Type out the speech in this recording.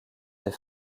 des